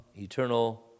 eternal